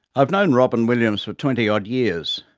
i've known robyn williams for twenty-odd years.